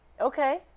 Okay